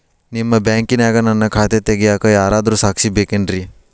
ನಿಮ್ಮ ಬ್ಯಾಂಕಿನ್ಯಾಗ ನನ್ನ ಖಾತೆ ತೆಗೆಯಾಕ್ ಯಾರಾದ್ರೂ ಸಾಕ್ಷಿ ಬೇಕೇನ್ರಿ?